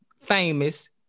famous